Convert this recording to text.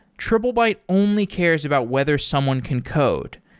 triplebyte only cares about whether someone can code.